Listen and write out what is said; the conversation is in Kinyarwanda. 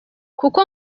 kuko